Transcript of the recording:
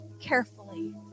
carefully